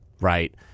right